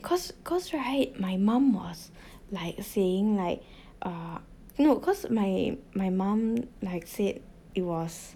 cause cause right my mum was like saying like uh no cause my my mum like said it was